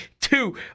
Two